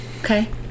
okay